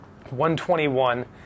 121